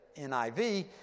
NIV